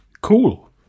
Cool